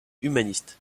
humaniste